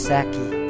Saki